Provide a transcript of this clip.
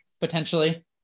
potentially